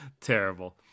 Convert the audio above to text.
Terrible